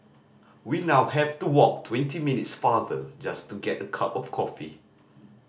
we now have to walk twenty minutes farther just to get a cup of coffee